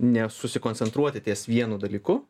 nesusikoncentruoti ties vienu dalyku